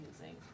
using